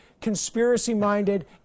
conspiracy-minded